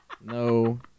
No